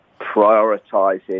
prioritising